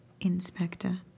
Inspector